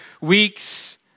weeks